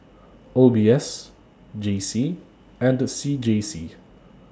O B S J C and C J C